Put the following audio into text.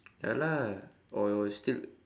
ya lah or still